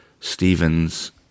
Stephen's